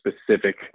specific